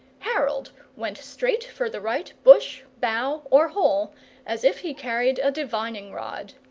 harold went straight for the right bush, bough, or hole as if he carried a divining-rod.